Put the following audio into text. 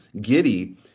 giddy